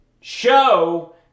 show